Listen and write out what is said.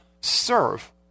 serve